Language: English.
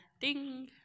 Ding